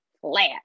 flat